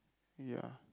ya